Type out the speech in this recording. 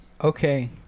Okay